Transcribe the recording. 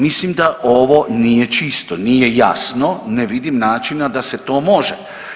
Mislim da ovo nije čisto, nije jasno, ne vidim načina da se to može.